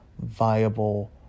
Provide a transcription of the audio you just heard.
viable